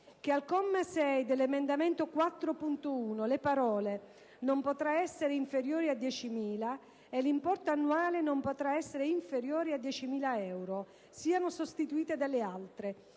che al comma 6 dell'emendamento 4.1 le parole: "non potrà essere inferiore a diecimila e l'importo annuale non potrà essere inferiore a diecimila euro" siano sostituite dalle altre: